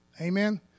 Amen